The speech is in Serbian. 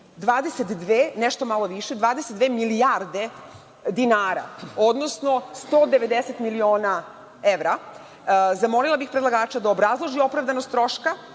22 milijarde dinara, odnosno 190 miliona evra. Zamolila bih predlagača da obrazloži opravdanost troška